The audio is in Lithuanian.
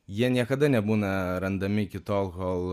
jie niekada nebūna randami iki tol kol